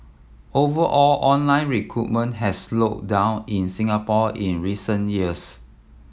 over all online recruitment has slowed down in Singapore in recent years